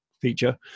feature